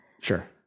Sure